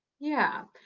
yeah.